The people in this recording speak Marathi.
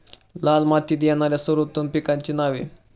लाल मातीत येणाऱ्या सर्वोत्तम पिकांची नावे?